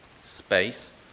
space